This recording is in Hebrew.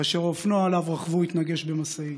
כאשר האופנוע שעליו רכבו התנגש במשאית.